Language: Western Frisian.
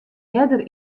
earder